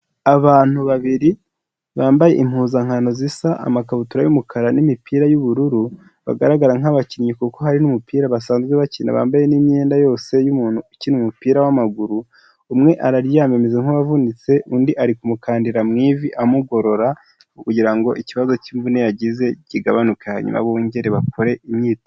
Abantu babiri bambaye impuzankano zisa amakabutura y'umukara n'imipira y'ubururu bagaragara nk'abakinnyi kuko hari n'umupira basanzwe bakina, bambaye n'imyenda yose y'umuntu ukina umupira w'amaguru, umwe araryama ameze nk'uwavunitse undi ari kumukandira mu ivi amugorora kugira ngo ikibazo cy'imvune yagize kigabanuke hanyuma bongere bakore imyitozo.